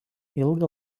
ilgą